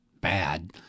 bad